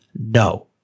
no